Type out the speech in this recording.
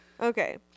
okay